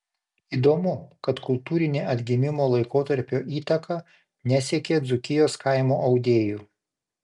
įdomu kad kultūrinė atgimimo laikotarpio įtaka nesiekė dzūkijos kaimo audėjų